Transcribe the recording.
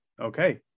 Okay